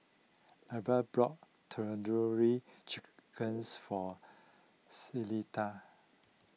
Abbie brought Tandoori Chickens for Celesta